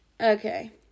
okay